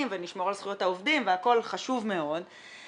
ונשמור על זכויות העובדים והכול חשוב מאוד,